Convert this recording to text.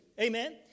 Amen